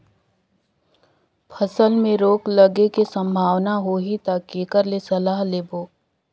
फसल मे रोग लगे के संभावना होही ता के कर ले सलाह लेबो?